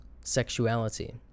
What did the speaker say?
sexuality